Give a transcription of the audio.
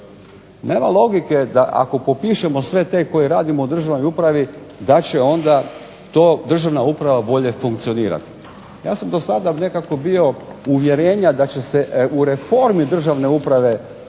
Nema logike da, ako popišemo sve te koje radimo u državnoj upravi, da će onda to državna uprava bolje funkcionirati. Ja sam do sada nekako bio uvjerenja da će se u reformi državne uprave,